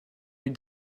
nuit